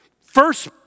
first